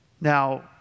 Now